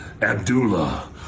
Abdullah